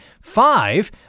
Five